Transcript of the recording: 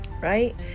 right